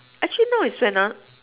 actually now is when ah